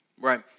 Right